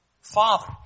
Father